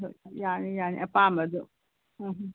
ꯌꯥꯅꯤ ꯌꯥꯅꯤ ꯑꯄꯥꯝꯕ ꯑꯗꯨꯝ ꯎꯝ